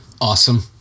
Awesome